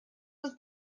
ist